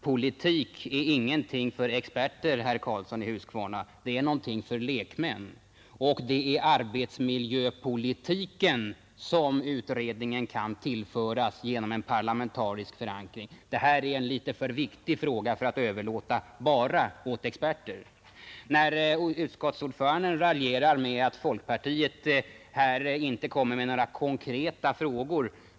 Politik är ingenting för experter, herr Karlsson i Huskvarna, det är någonting för lekmän, och det är arbetsmiljöpolitiken som utredningen kan tillföras genom en parlamentarisk förankring. Det här är en litet för viktig fråga för att överlåtas bara åt experter. Utskottsordföranden raljerar om att folkpartiet här inte kommer med några konkreta förslag.